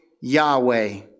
Yahweh